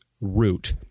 root